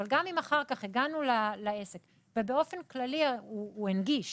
אבל גם אם אחר כך הגענו לעסק שבאופן כללי הוא הנגיש